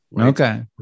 Okay